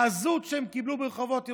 העזות, שהם קיבלו ברחובות ירושלים,